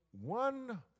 one